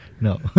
No